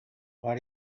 why